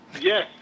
Yes